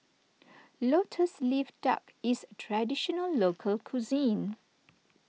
Lotus Leaf Duck is Traditional Local Cuisine